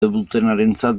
dutenarentzat